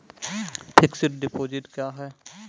Fixed deposit क्या हैं?